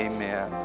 Amen